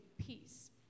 peace